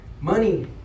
money